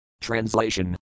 Translation